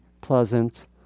pleasant